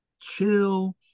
chill